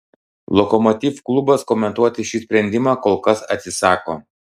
lokomotiv klubas komentuoti šį sprendimą kol kas atsisako